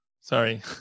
Sorry